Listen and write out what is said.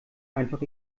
einfach